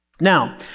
Now